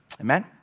Amen